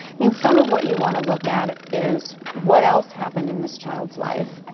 i mean some of what you want to look at is what else happened in this child's life.